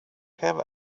have